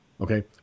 okay